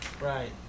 Right